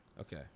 Okay